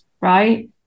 right